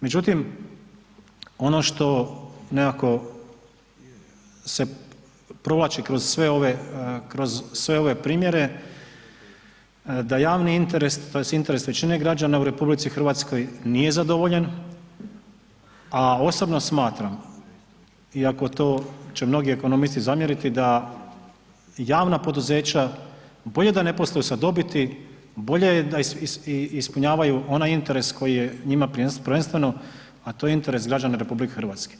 Međutim, ono što nekako se provlači kroz sve ove primjere, da javni interes tj. interes većine građana u RH nije zadovoljen, a osobno smatram iako će to mnogi ekonomisti zamjeriti da javna poduzeća bolje da ne posluju sa dobiti, bolje da ispunjavaju onaj interes koji je njima prvenstveno, a to je interes građana RH.